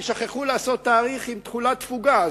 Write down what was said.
כי שכחו לעשות תאריך תפוגה.